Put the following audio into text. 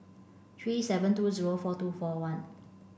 three seven two zero four two four one